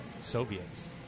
Soviets